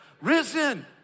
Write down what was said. Risen